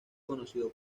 conocido